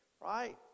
Right